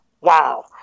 wow